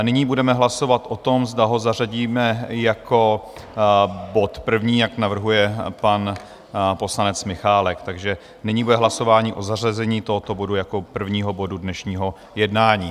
Nyní budeme hlasovat o tom, zda ho zařadíme jako bod první, jak navrhuje pan poslanec Michálek, takže nyní bude hlasování o zařazení tohoto bodu jako prvního bodu dnešního jednání.